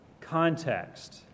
context